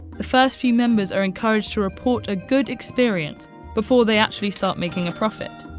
the first few members are encouraged to report a good experience before they actually start making a profit.